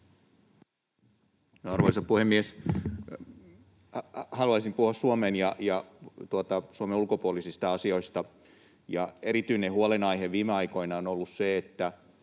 Arvoisa puhemies! Haluaisin puhua Suomen ulkopuolisista asioista, ja erityinen huolenaihe viime aikoina on ollut myös se, että